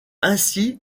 ainsi